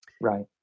Right